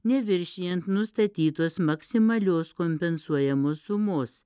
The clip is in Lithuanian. neviršijant nustatytos maksimalios kompensuojamos sumos